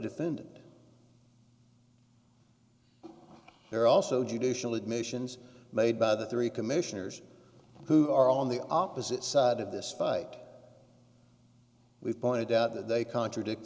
defendant there also judicial admissions made by the three commissioners who are on the opposite side of this fight we've pointed out that they contradict